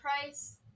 price